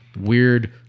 weird